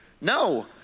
No